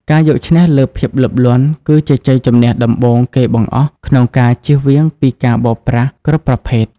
ការយកឈ្នះលើ "ភាពលោភលន់" គឺជាជ័យជម្នះដំបូងគេបង្អស់ក្នុងការចៀសវាងពីការបោកប្រាស់គ្រប់ប្រភេទ។